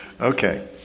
Okay